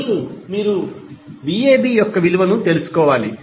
ఇప్పుడు మీరు 𝑣𝑎𝑏 యొక్క విలువను తెలుసుకోవాలి